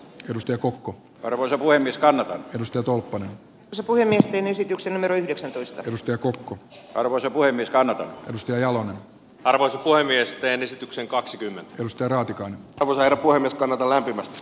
nosta kukko arvoisa voimiskannat pirstoutuu sukujen miesten esityksen numero yhdeksäntoista mustakurkku karvosen voimistanut ja jalo arvoisa puhemiestään esityksen kaksikymmentä ihmistä raatikainen tuulen voimistella lämpimästi